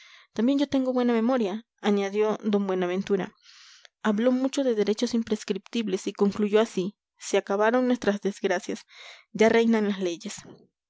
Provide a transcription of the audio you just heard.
también yo tengo buena memoria añadió d buenaventura habló mucho de derechos imprescriptibles y concluyó así se acabaron nuestras desgracias ya reinan las leyes